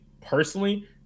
personally